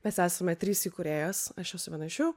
mes esame trys įkūrėjos aš esu viena iš jų